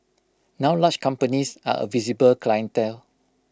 now large companies are A visible clientele